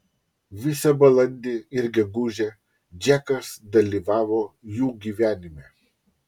visą balandį ir gegužę džekas dalyvavo jų gyvenime